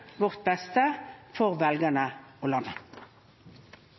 vårt beste for velgerne og landet.